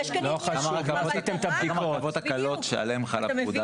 גם רכבות קלות שעליהן חלה הפקודה